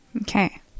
Okay